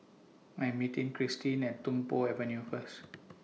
I'm meeting Kristine At Tung Po Avenue First